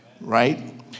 Right